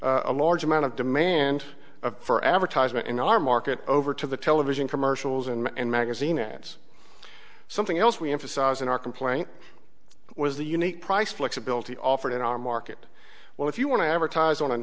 a large amount of demand for advertisement in our market over to the television commercials and magazine ads something else we emphasize in our complaint was the unique price flexibility offered in our market well if you want to advertise on